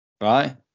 Right